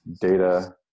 data